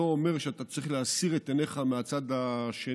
לא אומר שאתה צריך להסיר את עיניך מהצד השני.